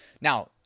Now